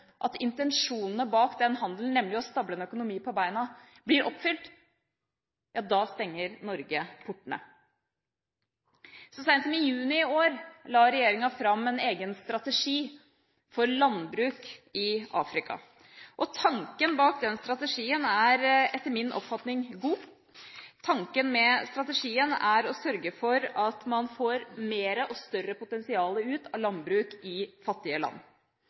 at intensjonene bak den handelen, nemlig å stable en økonomi på beina, blir oppfylt, stenger Norge portene. Så seint som i juni i år la regjeringa fram en egen strategi for landbruk i Afrika, og tanken bak den strategien er etter min oppfatning god. Tanken med strategien er å sørge for at man får mer, et større potensial, ut av landbruk i fattige land.